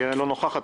קרן לא נוכחת.